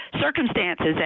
circumstances